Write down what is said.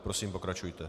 Prosím, pokračujte.